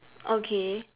okay